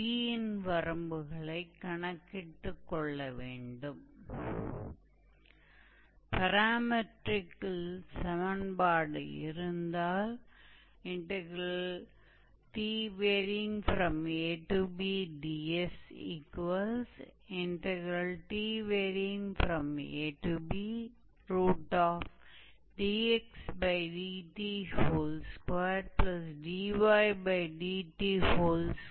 तो यह फॉर्मूला तब है जब दिए गए कर्व 𝑥𝑓𝑦 फॉर्म के हैं यह पैरामीट्रिक के लिए है यह पैरामीट्रिक कार्टेशियन और अंतिम फॉर्म के लिए है चौथा रूप पोलर के लिए होगा